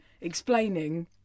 explaining